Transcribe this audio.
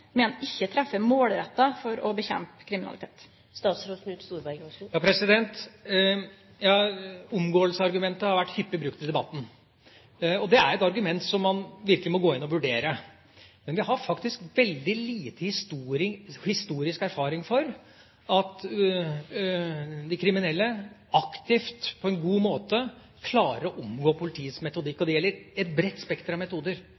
vi har faktisk veldig lite historisk erfaring for at de kriminelle aktivt og på en god måte klarer å omgå politiets metodikk. Det gjelder et bredt spekter av metoder.